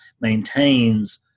maintains